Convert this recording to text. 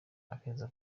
akeza